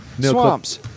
Swamps